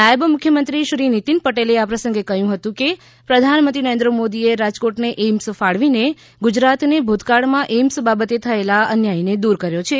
નાયબ મુખ્યમંત્રી શ્રી નિતીન પટેલે આ પ્રસંગે કહ્યું કે પ્રધાનમંત્રી નરેન્દ્ર મોદીએ રાજકોટને એઈમ્સ ફાળવીને ગુજરાતને ભૂતકાળમાં એઈમ્સ બાબતે થયેલા અન્યાયને દૂર કર્યો છે